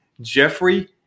Jeffrey